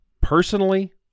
Personally